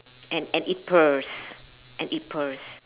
and and it purrs and it purrs